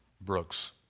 Brooks